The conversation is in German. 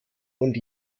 und